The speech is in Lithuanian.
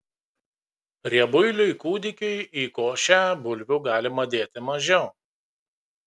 riebuiliui kūdikiui į košę bulvių galima dėti mažiau